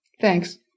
thanks